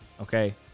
Okay